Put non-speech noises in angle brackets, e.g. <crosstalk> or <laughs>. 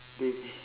dey <laughs>